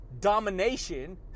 domination